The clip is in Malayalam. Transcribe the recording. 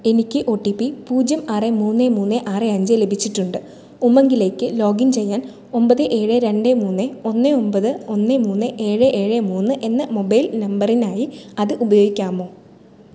എനിക്ക് ഒ ടി പി പൂജ്യം ആറ് മൂന്ന് മൂന്ന് ആറ് അഞ്ച് ലഭിച്ചിട്ടുണ്ട് ഉമങ്കിലേക്ക് ലോഗിൻ ചെയ്യാൻ ഒൻപത് ഏഴ് രണ്ട് മൂന്ന് ഒന്ന് ഒൻപത് ഒന്ന് മുന്ന് ഏഴ് ഏഴ് മൂന്ന് എന്ന മൊബൈൽ നമ്പറിനായി അത് ഉപയോഗിക്കാമോ